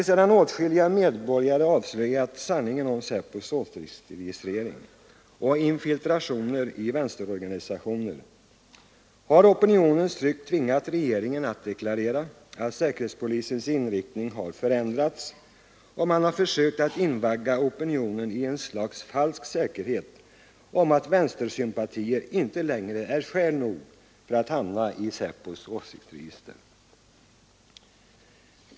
Sedan enskilda medborgare avslöjat sanningen om SÄPO:s åsiktsregistrering och infiltrationer i vänsterorganisationer har emellertid opinionen tvingat regeringen att deklarera att säkerhetspolisens inriktning har förändrats, och man har försökt att invagga opinionen i ett slags falsk säkerhet om att vänstersympatier inte längre är skäl nog för att hamna i SÄPO:s åsiktsregister.